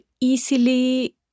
easily